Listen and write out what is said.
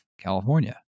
California